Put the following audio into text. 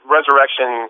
Resurrection